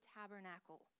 tabernacle